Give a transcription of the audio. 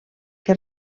que